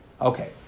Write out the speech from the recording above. Okay